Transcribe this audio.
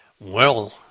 Well